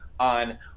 on